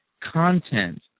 content